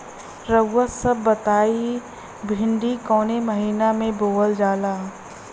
रउआ सभ बताई भिंडी कवने महीना में बोवल जाला?